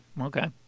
Okay